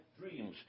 dreams